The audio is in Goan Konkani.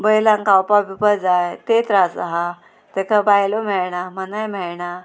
बैलांक खावपा पिवपा जाय ते त्रास आहा तेका बायलो मेळना मानाय मेळना